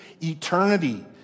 eternity